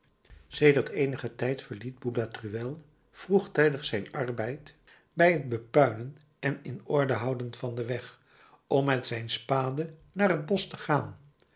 sedert eenigen tijd verliet boulatruelle vroegtijdig zijn arbeid bij t bepuinen en in orde houden van den weg om met zijn spade naar het bosch te gaan